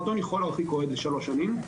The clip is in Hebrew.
המועדון יכול להרחיק אוהד לשלוש שנים.